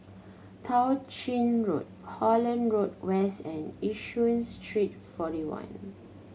Tao Ching Road Holland Road West and Yishun Street Forty One